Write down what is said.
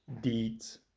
deeds